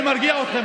אני מרגיע אתכם.